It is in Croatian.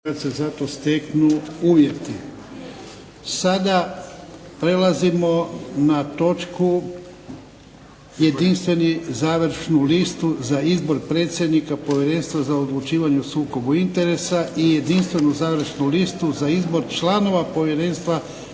**Jarnjak, Ivan (HDZ)** Sada prelazimo na točku Jedinstvenu završnu listu za izbor predsjednika Povjerenstva za odlučivanje o sukobu interesa i Jedinstvenu završnu listu za izbor članova Povjerenstva